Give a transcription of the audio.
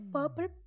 Purple